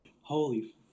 holy